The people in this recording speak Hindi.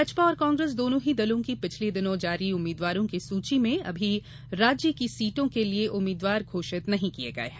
भाजपा और कांग्रेस दोनों ही दलों की पिछले दिनों जारी उम्मीदवारों की सूची में अभी राज्य की सीटों के लिए उम्मीद्वार घोषित नहीं किये गये है